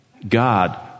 God